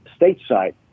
stateside